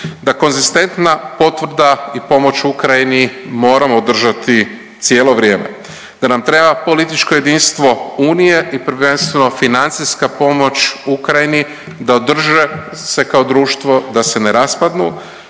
da konzistentna potvrda i pomoć Ukrajini moramo održati cijelo vrijeme, da nam treba političko jedinstvo Unije i prvenstveno financijska pomoć Ukrajini da održe se kao društvo da se ne raspadnu